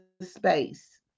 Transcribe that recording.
space